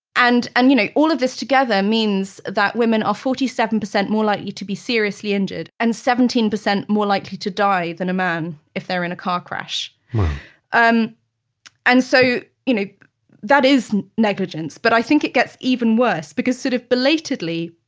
and and you know all of this, together, means that women are forty seven percent more likely to be seriously injured and seventeen percent more likely to die than a man if they're in a car crash wow um and so you know that is negligence, but i think it gets even worse because sort of belatedly,